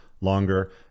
longer